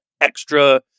extra